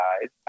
guys